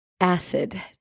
acid